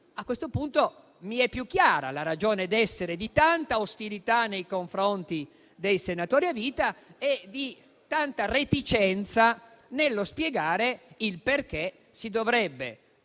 A questo punto mi è più chiara la ragion d'essere di tanta ostilità nei confronti dei senatori a vita e di tanta reticenza nello spiegare il perché si dovrebbe